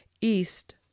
East